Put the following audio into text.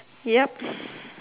yup